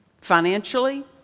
financially